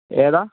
ഏതാണ്